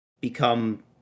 become